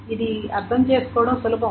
ఇది అర్థం చేసుకోవడం సులభం